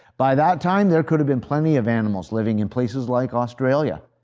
by that time, there could have been plenty of animals living in places like australia.